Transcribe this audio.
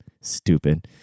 Stupid